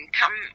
come